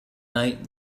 night